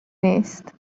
نیست